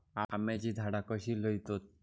आम्याची झाडा कशी लयतत?